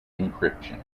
encryption